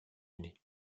unis